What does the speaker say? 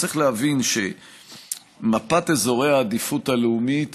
צריך להבין שמפת אזורי העדיפות הלאומית